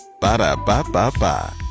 Ba-da-ba-ba-ba